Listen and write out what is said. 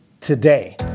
today